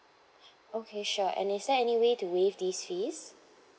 okay sure and is there any way to waive these fees